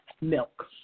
milk